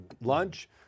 lunch